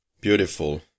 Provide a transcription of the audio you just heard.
beautiful